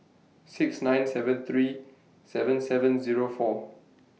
six nine seven three seven seven Zero four